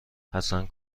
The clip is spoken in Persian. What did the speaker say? حسن